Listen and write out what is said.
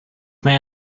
may